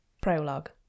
Prologue